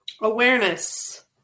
Awareness